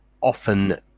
often